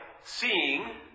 seeing